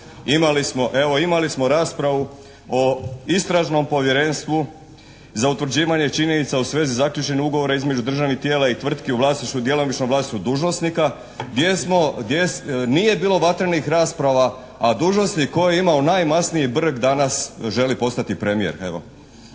imali smo raspravu o Istražnom povjerenstvu za utvrđivanje činjenica u svezi zaključenih ugovora između državnih tijela i tvrtki u vlasništvu, djelomičnom vlasništvu dužnosnika gdje nije bilo vatrenih rasprava, a dužnosnik koji je imao najmasniji brk danas želi postati premijer.